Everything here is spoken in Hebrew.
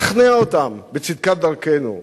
שכנע אותם בצדקת דרכנו,